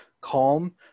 calm